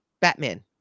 Batman